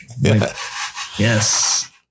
Yes